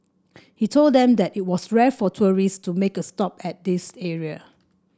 he told them that it was rare for tourists to make a stop at this area